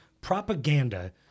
propaganda